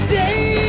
day